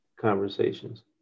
conversations